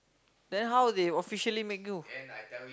then how they officially make you